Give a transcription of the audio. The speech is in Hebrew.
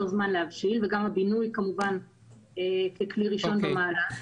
זמן להבשיל וגם הבינוי כמובן ככלי ראשון במעלה,